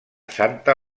santa